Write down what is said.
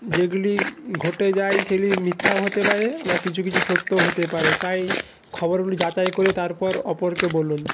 যেগুলি ঘটে যায় সেগুলি মিথ্যাও হতে পারে আবার কিছু কিছু সত্যও হতে পারে তাই খবরগুলি যাচাই করে তারপর অপরকে বলুন